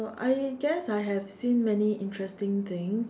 I guess I have seen many interesting things